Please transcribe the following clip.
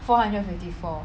four hundred and fifty four